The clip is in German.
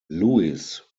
louis